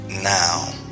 now